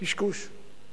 קשקוש.